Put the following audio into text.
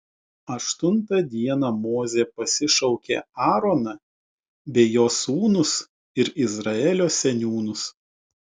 aštuntą dieną mozė pasišaukė aaroną bei jo sūnus ir izraelio seniūnus